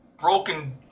broken